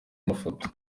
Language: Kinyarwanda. amafoto